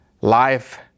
Life